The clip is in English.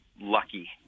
lucky